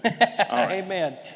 Amen